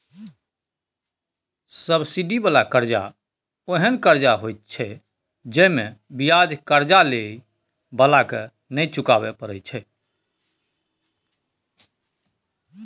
subsidy बला कर्जा ओहेन कर्जा होइत छै जइमे बियाज कर्जा लेइ बला के नै चुकाबे परे छै